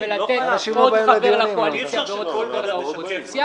ואז לתת עוד חבר לקואליציה ועוד חבר לאופוזיציה,